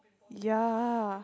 ya